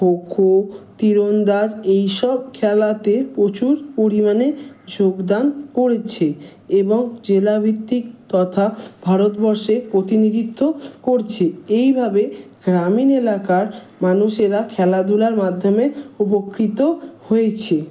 খো খো তিরন্দাজ এইসব খেলাতে প্রচুর পরিমাণে যোগদান করছে এবং জেলাভিত্তিক তথা ভারতবর্ষে প্রতিনিধিত্ব করছে এইভাবে গ্রামীণ একালার মানুষেরা খেলাধুলার মাধ্যমে উপকৃত হয়েছে